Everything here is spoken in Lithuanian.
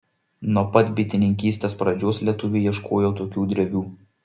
nuo pat bitininkystės pradžios lietuviai ieškojo tokių drevių